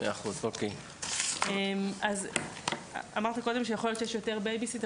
אז אמרת קודם שיש יותר Babysitting,